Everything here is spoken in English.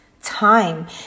time